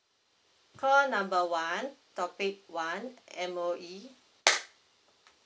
call number one topic one M_O_E